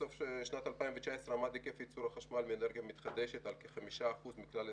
בסוף שנת 2019 עמד היקף ייצור החשמל מאנרגיה מתחדשת על כ-5% מכלל ההספק.